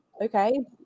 okay